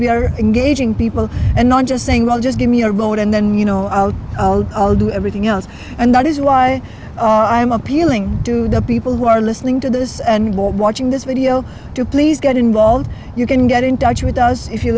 we are engaging people and not just saying well just give me a road and then you know do everything else and that is why i am appealing to the people who are listening to this and watching this video to please get involved you can get in touch with us if you